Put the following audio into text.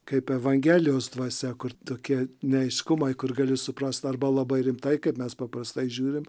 kaip evangelijos dvasia kur tokie neaiškumai kur gali suprast arba labai rimtai kaip mes paprastai žiūrim